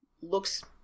looks